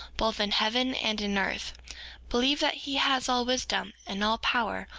both in heaven and in earth believe that he has all wisdom, and all power,